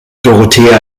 dorothea